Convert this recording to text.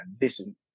listen